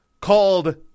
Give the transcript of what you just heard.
called